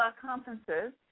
conferences